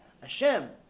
Hashem